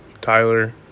Tyler